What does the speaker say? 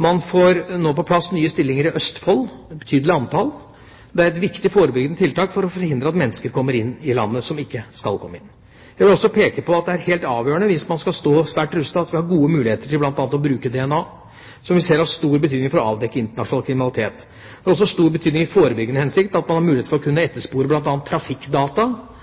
Man får nå på plass et betydelig antall nye stillinger i Østfold. Det er et viktig forebyggende tiltak for å forhindre at mennesker som ikke skal komme inn i landet, kommer hit. Jeg vil også peke på at det er helt avgjørende, hvis man skal stå sterkt rustet, at vi har gode muligheter til bl.a. å bruke DNA, som vi ser har stor betydning for å avdekke internasjonal kriminalitet. Det har også stor betydning i forebyggende hensikt at man har mulighet for å kunne etterspore bl.a. trafikkdata. Så debatten rundt datalagringsdirektivet er et